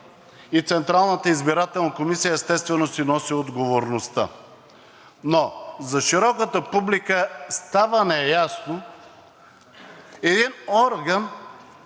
и Централната избирателна комисия, естествено, си носи отговорността. Но за широката публика остава неясно един орган,